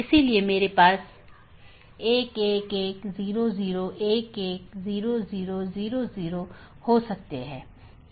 इसलिए एक multihome agent autonomous सिस्टमों के प्रतिबंधित सेट के लिए पारगमन कि तरह काम कर सकता है